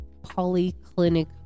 Polyclinic